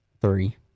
three